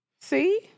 See